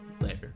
later